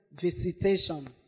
visitation